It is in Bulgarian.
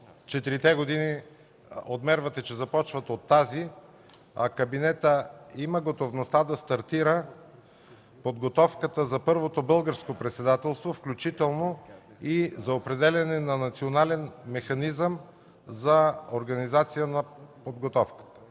че 4-те години започват от тази, а кабинетът има готовността да стартира подготовката за първото Българско председателство, включително и за определяне на национален механизъм за организация на подготовката.